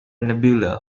nebula